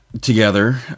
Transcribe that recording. together